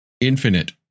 infinite